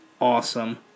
awesome